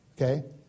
okay